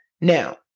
Now